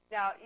Now